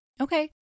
Okay